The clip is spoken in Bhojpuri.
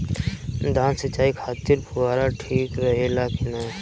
धान सिंचाई खातिर फुहारा ठीक रहे ला का?